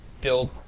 build